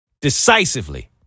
decisively